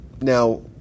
Now